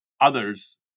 others